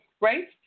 Right